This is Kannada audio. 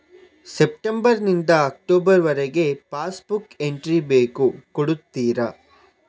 ಸೆಪ್ಟೆಂಬರ್ ನಿಂದ ಅಕ್ಟೋಬರ್ ವರಗೆ ಪಾಸ್ ಬುಕ್ ಎಂಟ್ರಿ ಬೇಕು ಕೊಡುತ್ತೀರಾ?